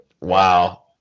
Wow